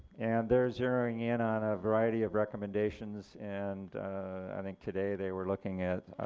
and they are zeroing in on a variety of recommendations. and i think today they were looking at,